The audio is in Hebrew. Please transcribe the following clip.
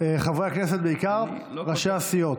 חברי הכנסת, בעיקר ראשי הסיעות,